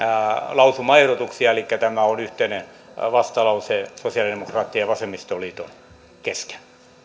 lausumaehdotuksia elikkä tämä on yhteinen vastalause sosialidemokraattien ja vasemmistoliiton kesken